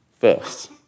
first